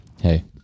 Hey